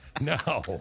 No